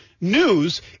news